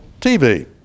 TV